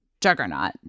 Juggernaut